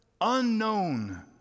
unknown